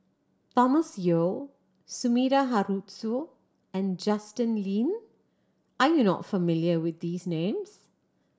Thomas Yeo Sumida Haruzo and Justin Lean are you not familiar with these names